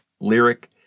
Lyric